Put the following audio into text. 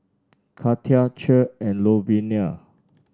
Katia Che and Louvenia